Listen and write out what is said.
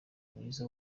mwiza